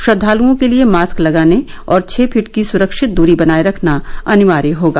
श्रद्वाल्ओं के लिए मास्क लगाने और छह फीट की सुरक्षित दूरी बनाए रखना अनिवार्य होगा